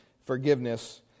forgiveness